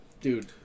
Dude